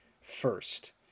first